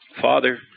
Father